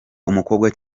umukobwa